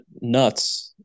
nuts